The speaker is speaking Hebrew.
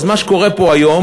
אז מה שקורה פה היום,